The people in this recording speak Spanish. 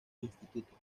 institutos